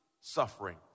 suffering